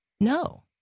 No